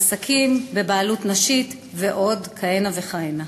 עסקים בבעלות נשית ועוד כהנה וכהנה.